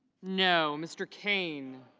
no. mr. kane